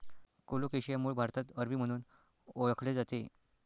colocasia मूळ भारतात अरबी म्हणून ओळखले जाते